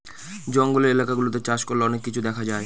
জঙ্গলের এলাকা গুলাতে চাষ করলে অনেক কিছু দেখা যায়